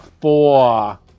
four